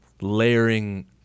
layering